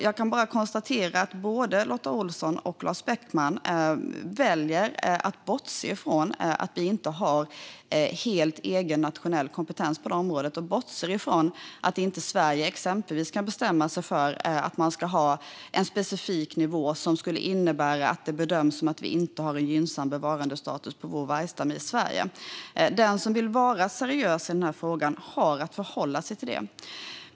Jag kan bara konstatera att både Lotta Olsson och Lars Beckman väljer att bortse från att vi inte har helt egen nationell kompetens på området och att de bortser från att inte Sverige exempelvis kan bestämma sig för att ha en specifik nivå som skulle innebära att det bedöms som att vi inte har en gynnsam bevarandestatus på vår vargstam i Sverige. Den som vill vara seriös i den här frågan har att förhålla sig till det.